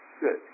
Good